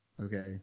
Okay